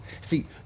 See